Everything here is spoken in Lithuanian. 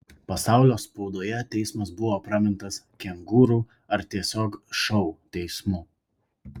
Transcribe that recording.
pasaulio spaudoje teismas buvo pramintas kengūrų ar tiesiog šou teismu